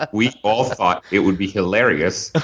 ah we all thought it would be hilarious